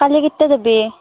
কালি কেইটাত যাবি